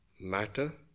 matter